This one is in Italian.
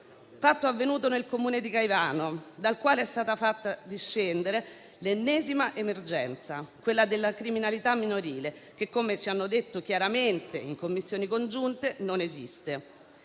fatto avvenuto nel Comune di Caivano, dal quale è stata fatta discendere l'ennesima emergenza, quella della criminalità minorile, che - come ci hanno detto chiaramente nelle Commissioni congiunte - non esiste.